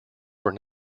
were